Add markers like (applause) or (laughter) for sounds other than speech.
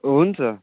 हुन्छ (unintelligible)